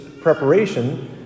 preparation